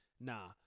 Nah